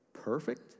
Perfect